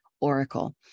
Oracle